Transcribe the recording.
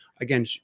Again